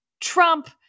Trump